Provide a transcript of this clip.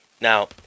Now